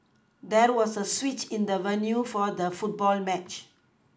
there was a switch in the venue for the football match